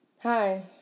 Hi